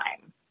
time